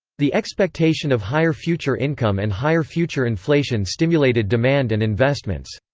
the expectation of higher future income and higher future inflation stimulated demand and investments.